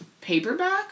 paperback